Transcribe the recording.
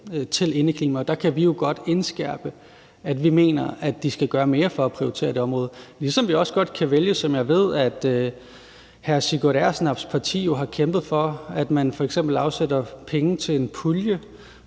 til indeklimaet. Der kan vi jo godt indskærpe, at vi mener, at de skal gøre mere for at prioritere det område, ligesom vi også kan vælge at sige – hvad jeg også ved at hr. Sigurd Agersnaps parti har kæmpet for – at man f.eks. afsætter penge til en pulje,